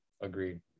agreed